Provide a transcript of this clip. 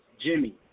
Jimmy